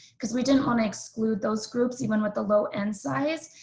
because we didn't want to exclude those groups even with the low-end size.